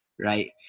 right